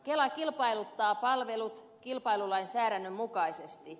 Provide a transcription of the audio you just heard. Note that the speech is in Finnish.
kela kilpailuttaa palvelut kilpailulainsäädännön mukaisesti